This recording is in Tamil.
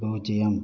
பூஜ்ஜியம்